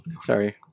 Sorry